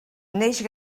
neix